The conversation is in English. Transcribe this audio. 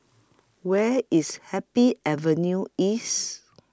Where IS Happy Avenue East